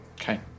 okay